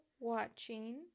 watching